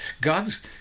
God's